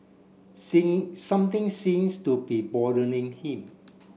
singing something seems to be bothering him